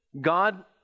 God